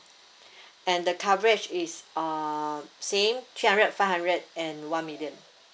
and the coverage is uh same three hundred five hundred and one million